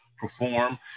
perform